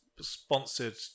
sponsored